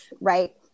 right